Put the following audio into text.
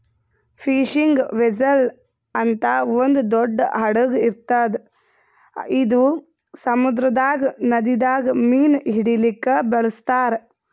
fishing vessel ಅಂತ್ ಒಂದ್ ದೊಡ್ಡ್ ಹಡಗ್ ಇರ್ತದ್ ಇದು ಸಮುದ್ರದಾಗ್ ನದಿದಾಗ್ ಮೀನ್ ಹಿಡಿಲಿಕ್ಕ್ ಬಳಸ್ತಾರ್